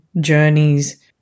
journeys